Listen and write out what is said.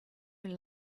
who